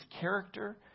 character